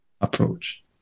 approach